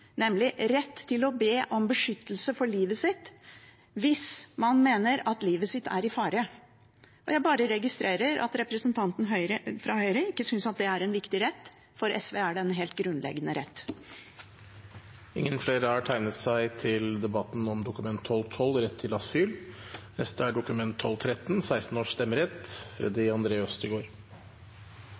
rett til å be om beskyttelse for livet sitt hvis man mener at livet er i fare. Jeg bare registrerer at representanten fra Høyre ikke synes det er en viktig rett. For SV er det en helt grunnleggende rett. Flere har ikke bedt om ordet til grunnlovsforslag 12. Opp igjennom historien til vårt demokrati har vi ved flere punkter valgt å utvide hvem som får lov til